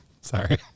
Sorry